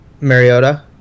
Mariota